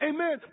Amen